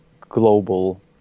global